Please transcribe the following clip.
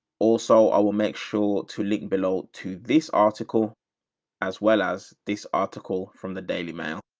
also, i will make sure to link below to this article as well as this article from the daily mail.